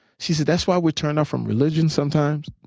she said that's why we're turned off from religion sometimes.